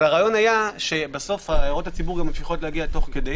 הרעיון היה שבסוף הערות הציבור ממשיכות להגיע תוך כדי